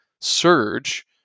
surge